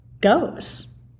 goes